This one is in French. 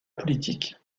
politique